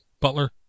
butler